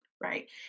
Right